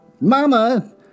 Mama